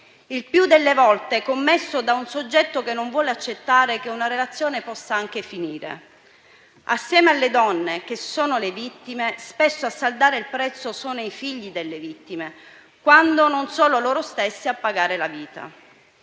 il più delle volte commesso da un soggetto che non vuole accettare che una relazione possa finire. Assieme alle donne che sono le vittime, spesso a saldare il prezzo sono i figli delle vittime, quando non solo loro stessi a pagare con la vita.